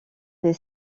des